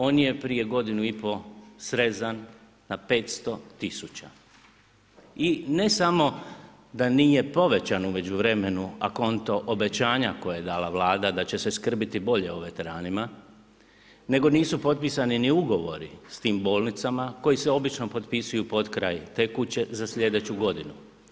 On je prije godinu i pol srezan na 500 tisuća i ne samo da nije povećan u međuvremenu, a konto obećanja koje je dala Vlada da će se skrbiti bolje o veteranima, nego nisu potpisani ni ugovori s tim bolnicama koji se obično potpisuju potkraj tekuće za sljedeću godinu.